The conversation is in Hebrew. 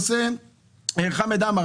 חמד עמאר,